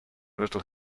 little